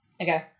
Okay